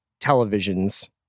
televisions